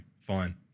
Fine